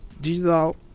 digital